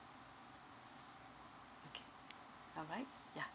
okay alright ya